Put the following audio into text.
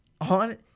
On